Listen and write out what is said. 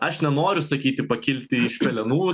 aš nenoriu sakyti pakilti iš pelenų